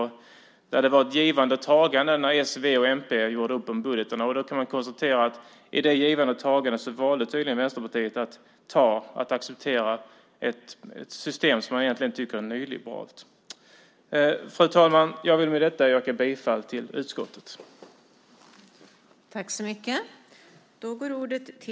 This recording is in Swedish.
Där sades det att det var ett givande och tagande när s, v och mp gjorde upp om budgetarna. Då kan man konstatera att i det givandet och tagandet valde tydligen Vänsterpartiet att acceptera ett system som man egentligen tycker är nyliberalt. Fru talman! Jag vill med detta yrka bifall till utskottets förslag.